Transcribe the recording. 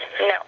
no